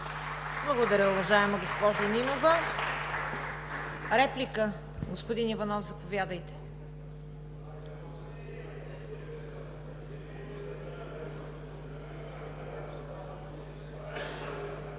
Благодаря, уважаема госпожо Нинова. Реплики? Господин Иванов, заповядайте. ЛЪЧЕЗАР